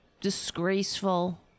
disgraceful